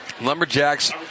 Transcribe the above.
Lumberjacks